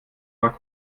war